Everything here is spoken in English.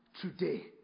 today